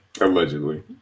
Allegedly